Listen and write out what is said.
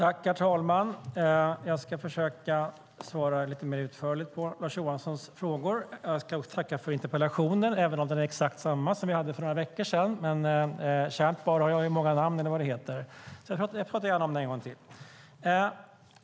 Herr talman! Jag ska försöka svara lite mer utförligt på Lars Johanssons frågor. Jag ska också tacka för interpellationen, även om den är exakt likadan som den vi debatterade för några veckor sedan. Kärt barn har dock många namn, eller vad det heter, och jag pratar gärna om detta en gång till.